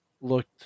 looked